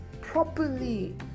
properly